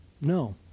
No